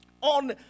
on